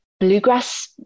bluegrass